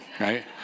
right